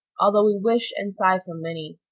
although we wish and sigh for many.